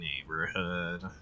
neighborhood